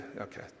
okay